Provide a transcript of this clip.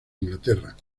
inglaterra